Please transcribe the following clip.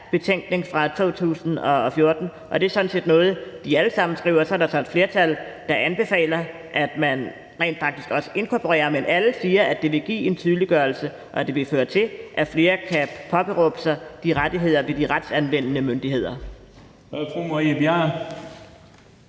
betænkning fra 2014, og det er sådan set noget, de alle sammen skriver. Så er der et flertal, der anbefaler, at man rent faktisk også inkorporerer det, men alle siger, at det vil give en tydeliggørelse, og at det vil føre til, at flere kan påberåbe sig de rettigheder ved de retsanvendende myndigheder. Kl. 11:34 Den